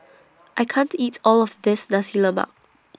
I can't eat All of This Nasi Lemak